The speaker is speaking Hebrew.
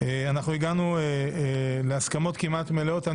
הגענו להסכמות כמעט מלאות.